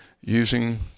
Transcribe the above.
using